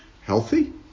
healthy